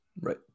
Right